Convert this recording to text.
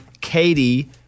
Katie